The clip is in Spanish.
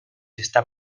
está